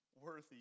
worthy